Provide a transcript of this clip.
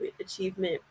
achievement